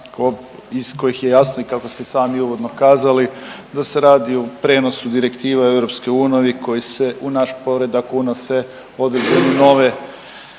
iz kojih je jasno kako ste i sami uvodno kazali, da se radi o prijenosu direktiva .../Govornik se ne razumije./... koji se u naš poredak unose određene